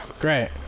Great